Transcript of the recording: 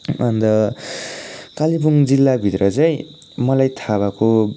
अन्त कालेबुङ जिल्लाभित्र चाहिँ मलाई थाहा भएको